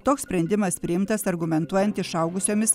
toks sprendimas priimtas argumentuojant išaugusiomis